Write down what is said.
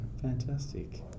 Fantastic